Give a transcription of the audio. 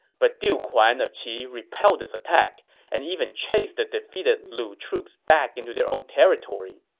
but duke huan of qi repelled this attack and even chased the defeated lu troops back into their own territory.